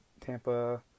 Tampa